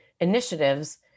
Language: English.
initiatives